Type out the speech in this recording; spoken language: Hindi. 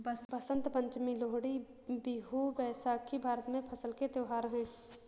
बसंत पंचमी, लोहड़ी, बिहू, बैसाखी भारत में फसल के त्योहार हैं